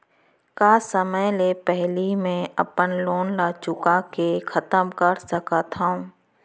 का समय ले पहिली में अपन लोन ला चुका के खतम कर सकत हव?